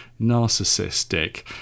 narcissistic